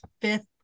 fifth